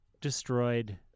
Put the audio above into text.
destroyed